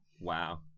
Wow